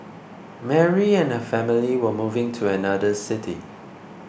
Mary and family were moving to another city